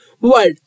world